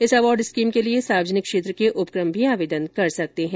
इस award scheme के लिए सार्वजनिक क्षेत्र के उपक्रम भी आवेदन कर सकते हैं